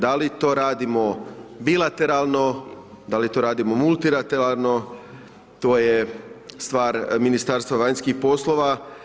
Da li to radimo bilateralno, da li to radimo multilateralno, to je stvar Ministarstva vanjskih poslova.